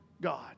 God